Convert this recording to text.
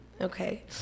Okay